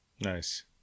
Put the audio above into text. nice